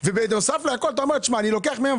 ובנוסף להכל אתה אומר: "אני לוקח מהם,